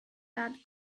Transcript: that